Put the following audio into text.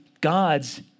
God's